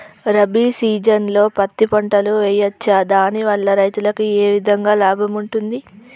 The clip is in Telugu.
రబీ సీజన్లో పత్తి పంటలు వేయచ్చా దాని వల్ల రైతులకు ఏ విధంగా లాభం ఉంటది?